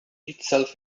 itself